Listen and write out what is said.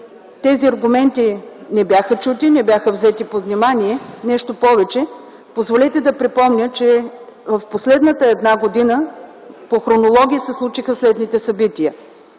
тези аргументи не бяха чути, не бяха взети под внимание. Нещо повече – позволете да припомня, че в последната една година по хронология се случиха следните събития.